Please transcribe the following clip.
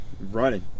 running